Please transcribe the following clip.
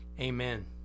Amen